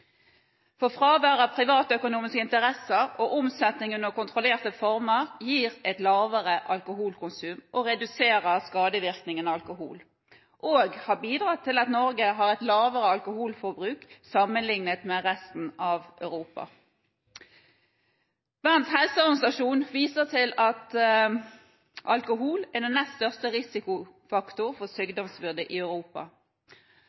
Fravær av privatøkonomiske interesser og omsetning under kontrollerte former gir et lavere alkoholkonsum og reduserer skadevirkningene av alkohol, og har bidratt til at Norge har et lavere alkoholforbruk sammenlignet med resten av Europa. Verdens Helseorganisasjon viser til at alkohol er den nest største risikofaktoren for